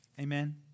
Amen